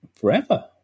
forever